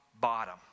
bottom